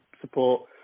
support